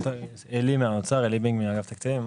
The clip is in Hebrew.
עלי בינג מאגף תקציבים באוצר.